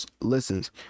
listens